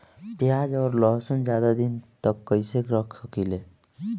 प्याज और लहसुन के ज्यादा दिन तक कइसे रख सकिले?